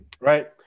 Right